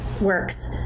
works